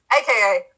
aka